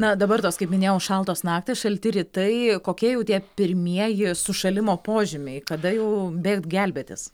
na dabar tos kaip minėjau šaltos naktys šalti rytai kokie jau tie pirmieji sušalimo požymiai kada jau bėgt gelbėtis